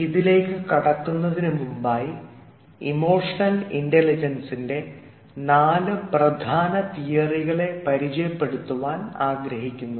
ഇതിലേക്ക് കടക്കുന്നതിനു മുമ്പായി ഇമോഷണൽ ഇൻറലിജൻസിൻറെ നാല് പ്രധാന തിയറികളെ പരിചയപ്പെടുത്തുവാൻ ആഗ്രഹിക്കുന്നു